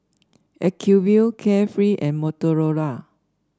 Acuvue Carefree and Motorola